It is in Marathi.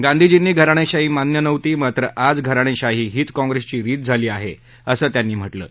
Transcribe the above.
गांधीजींना घराणधीही मान्य नव्हती मात्र आज घराणधीही हीच काँग्रस्ट्री रीत झाली आहा असं त्यांनी म्हटलंय